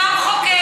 הוא גם חוקר,